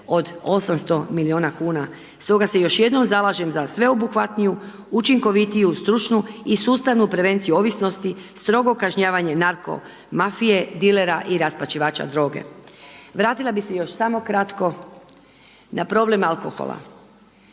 od 800 milijuna kuna. Stoga se još jednom zalažem za sveobuhvatniju, učinkovitiju, stručnu i sustavnu prevenciju ovisnosti, strogo kažnjavanje narko mafije, dilera i raspačavača droge. Vratila bih se još samo kratko na problem alkohola.